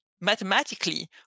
mathematically